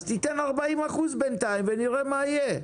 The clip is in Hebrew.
אז תיתן 40% בינתיים ונראה מה יהיה.